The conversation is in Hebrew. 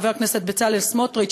חבר הכנסת בצלאל סמוטריץ,